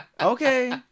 Okay